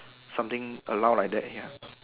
something allow like that here